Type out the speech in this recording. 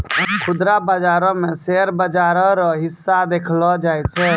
खुदरा बाजारो मे शेयर बाजार रो हिस्सा देखलो जाय छै